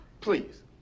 Please